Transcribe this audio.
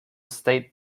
state